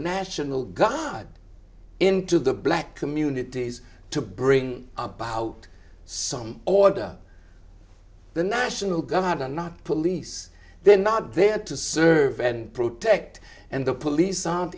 national god into the black communities to bring about some order the national guard and not police they're not there to serve and protect and the police